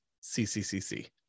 C-C-C-C